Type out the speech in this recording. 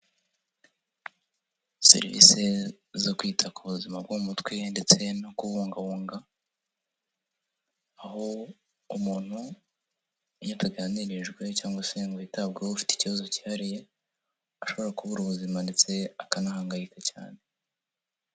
Serivisi zo kwita ku buzima bwo mu mutwe ndetse no kububungabunga, aho umuntu iyo ataganirijwe cyangwa se ngo yitabweho afite ikibazo cyihariye, ashobora kubura ubuzima ndetse akanahangayika cyane.